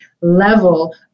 level